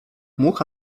mucha